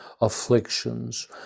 afflictions